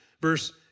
Verse